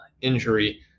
injury